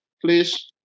please